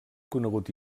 conegut